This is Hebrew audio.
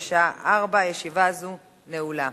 בשעה 16:00. ישיבה זו נעולה.